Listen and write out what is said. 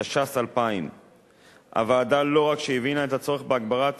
התש"ס 2000. הוועדה לא רק הבינה את הצורך בהגברת